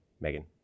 Megan